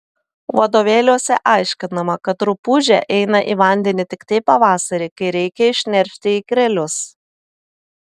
vadovėliuose aiškinama kad rupūžė eina į vandenį tiktai pavasarį kai reikia išneršti ikrelius